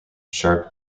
sharpe